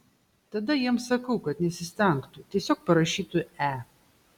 tada jiems sakau kad nesistengtų tiesiog parašytų e